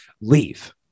leave